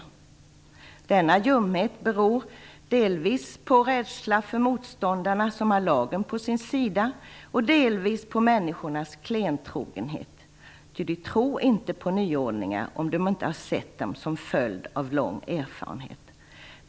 Denna ljumhet beror delvis på rädsla för motståndarna, som har lagen på sin sida, och delvis på människornas klentrogenhet, ty de tror inte på nyordningar om de inte ser dem som följd av en lång erfarenhet.